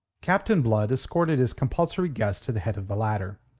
captain blood escorted his compulsory guest to the head of the ladder.